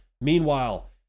Meanwhile